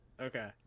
Okay